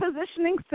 positioning